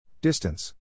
Distance